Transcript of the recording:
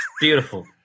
Beautiful